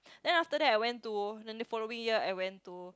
then after that I went to then the following year I went to